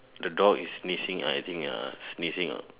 the dog is sneezing I think ah sneezing out